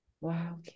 Wow